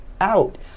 out